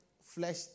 flesh